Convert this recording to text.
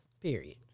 Period